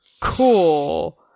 Cool